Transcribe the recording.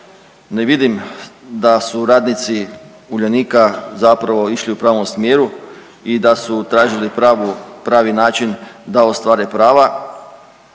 ne vidim da su radnici Uljanika zapravo išli u pravom smjeru i da su tražili u pravu, pravi način da ostvare prava